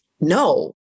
No